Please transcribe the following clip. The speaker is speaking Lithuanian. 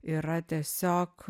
yra tiesiog